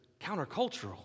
countercultural